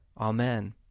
Amen